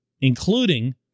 including